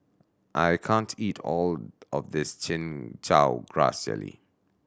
I can't eat all of this Chin Chow Grass Jelly